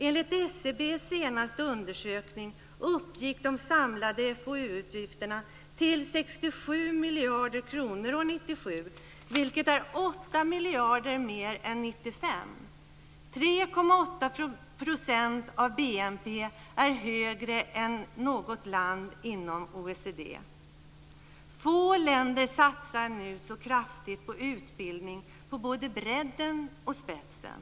Enligt SCB:s senaste undersökning uppgick de samlade FoU-utgifterna till 67 miljarder kronor 1997, vilket är 8 miljarder mer än 1995. 3,8 % av BNP är högre än i något land inom Få länder satsar nu så kraftigt på utbildning på både bredden och spetsen.